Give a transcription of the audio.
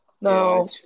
no